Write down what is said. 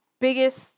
biggest